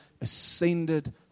ascended